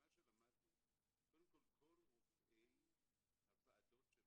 כל רופאי הוועדות שלנו,